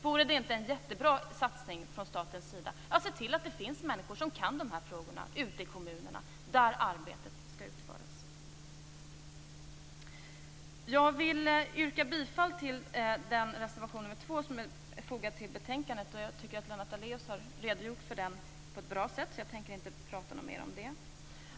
Vore det inte en jättebra satsning från statens sida att se till att det finns människor som kan de här frågorna ute i kommunerna där arbetet skall utföras. Jag yrkar bifall till reservation 2 i betänkandet. Lennart Daléus har redogjort för den på ett bra sätt, så jag tänker inte säga något mera om det.